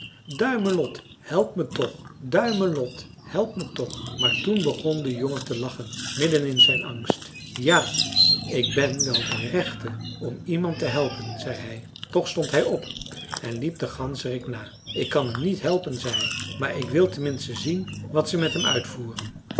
duimelot help me toch duimelot help me toch maar toen begon de jongen te lachen midden in zijn angst ja ik ben wel de rechte om iemand te helpen zei hij toch stond hij op en liep den ganzerik na ik kan hem niet helpen zei hij maar ik wil tenminste zien wat ze met hem uitvoeren